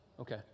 Okay